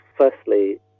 Firstly